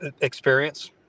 Experience